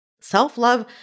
Self-love